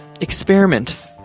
Experiment